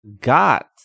got